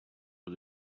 was